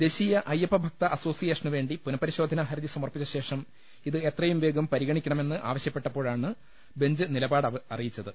ദേശീയ അയ്യപ്പ ഭക്ത അസോസിയേഷനുവേണ്ടി പുനഃപരിശോധനാ ഹർജി സമർപ്പിച്ചു ശേഷം ഇത് എത്രയും വേഗം പരിഗണിക്കണമെന്ന് ആവശ്യപ്പെട്ടപ്പോ ഴാണ് ബെഞ്ച് നിലപാട് അറിയിച്ചത്